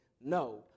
No